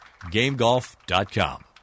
GameGolf.com